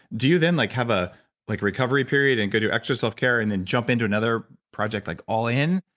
do you then like have a like recovery period and go do extra self care and then jump into another project like all in,